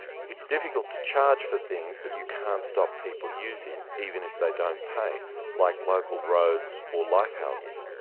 it's difficult to charge for things that you can't stop people using even if they don't pay like local roads or lighthouses.